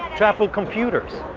to apple computers.